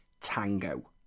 tango